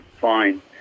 fine